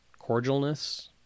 cordialness